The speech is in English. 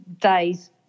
days